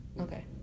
Okay